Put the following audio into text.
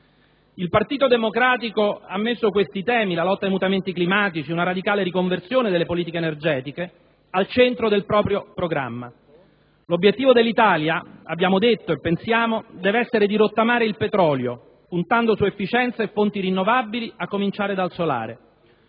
Il Partito Democratico ha messo questi temi - la lotta ai mutamenti climatici, una radicale riconversione delle politiche energetiche - al centro del proprio programma. L'obiettivo dell'Italia abbiamo detto e pensiamo debba essere quello di rottamare il petrolio, puntando su efficienza e fonti rinnovabili a cominciare dal solare: